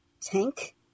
tank